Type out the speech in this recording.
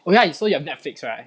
oh ya so you have Netflix right